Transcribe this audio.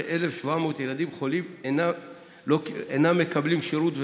וכ-1,700 ילדים חולים אינם מקבלים שירות,